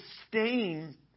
sustain